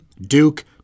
Duke